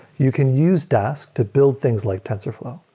you can use dask to build things like tensorflow.